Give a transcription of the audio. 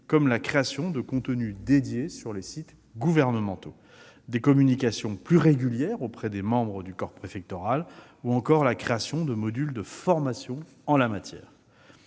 comme la création de contenus dédiés sur les sites gouvernementaux, des communications plus régulières auprès des membres du corps préfectoral, ou encore la création de modules de formation en la matière.